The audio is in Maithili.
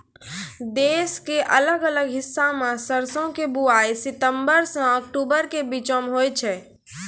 देश के अलग अलग हिस्सा मॅ सरसों के बुआई सितंबर सॅ अक्टूबर के बीच मॅ होय छै